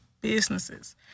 businesses